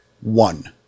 one